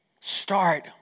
Start